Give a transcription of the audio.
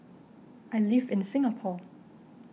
I live in Singapore